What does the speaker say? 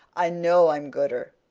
i know i'm gooder,